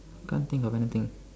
can't think of anything